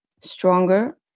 stronger